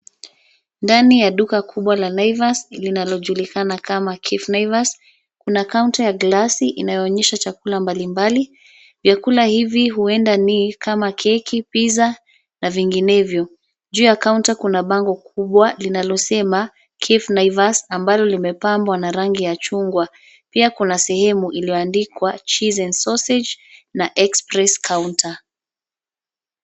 Ndani ya duka kubwa la Naivas linalojulikana kama Cafe Naivas, kuna kaunta ya glasi inayoonyesha chakula mbalimbali. Vyakula hivi huenda ni kama keki, pizza, na vinginevyo. Juu ya kaunta kuna bango kubwa linalosema Cafe Naivas, ambalo limepambwa na rangi ya chungwa. Pia kuna sehemu iliyoandikwa cheese and sausage , na express counter .